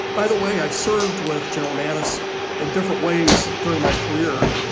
by the way, i served with general mattis in different ways during my career.